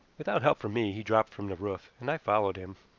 without help from me he dropped from the roof, and i followed him.